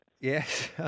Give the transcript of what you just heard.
Yes